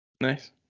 Nice